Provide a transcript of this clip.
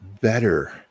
better